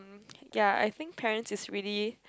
ya I think parents is really